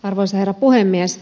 arvoisa herra puhemies